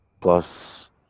plus